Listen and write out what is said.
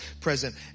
present